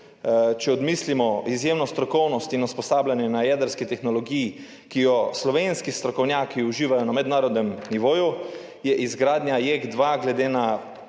Če odmislimo izjemno strokovnost in usposabljanje na jedrski tehnologiji, ki ju slovenski strokovnjaki uživajo na mednarodnem nivoju, je izgradnja JEK2 glede na